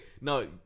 No